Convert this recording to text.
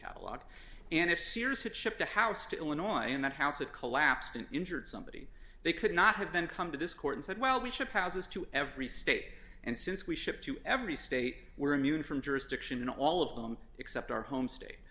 catalog and if sears had shipped the house to illinois in that house it collapsed and injured somebody they could not have then come to this court and said well we ship house us to every state and since we ship to every state we're immune from jurisdiction all of them except our home state